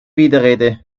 widerrede